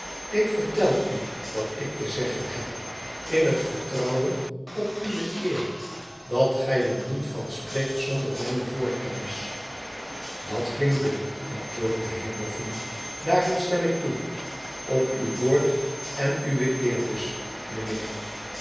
ik vertel u wat ik te zeggen heb in het vertrouwen op uwe eer dat gij er niet van spreekt zonder mijne voorkennis dat klinkt billijk antwoordde de heer boffin daarin stem ik toe p uw woord en uwe eer dus mijnheer